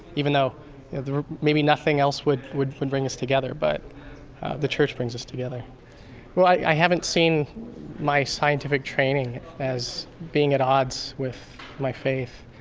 even though maybe nothing else would would and bring us together, but the church brings us together well, i haven't seen my scientific training as being at odds with my faith.